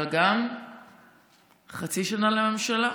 אבל גם חצי שנה לממשלה.